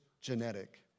genetic